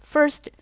First